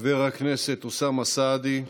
חבר הכנסת אוסאמה סעדי,